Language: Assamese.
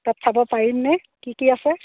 তাত চাব পাৰিমনে কি কি আছে